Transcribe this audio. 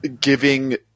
giving